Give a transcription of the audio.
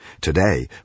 Today